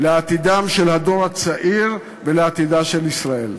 לעתידו של הדור הצעיר ולעתידה של ישראל.